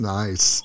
nice